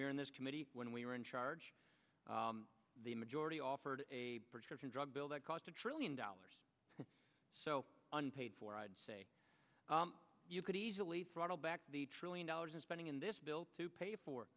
we were in this committee when we were in charge the majority offered a prescription drug bill that cost a trillion dollars so unpaid for i'd say you could easily prado back the trillion dollars in spending in this bill to pay for